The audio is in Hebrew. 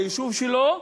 ביישוב שלו,